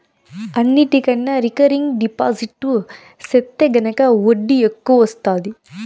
అన్నిటికన్నా recurring deposit సెత్తే గనక ఒడ్డీ ఎక్కవొస్తాది